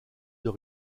pays